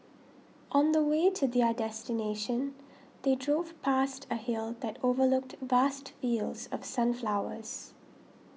on the way to their destination they drove past a hill that overlooked vast fields of sunflowers